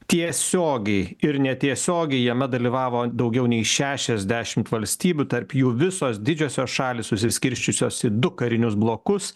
tiesiogiai ir netiesiogiai jame dalyvavo daugiau nei šešiasdešimt valstybių tarp jų visos didžiosios šalys susiskirsčiusios į du karinius blokus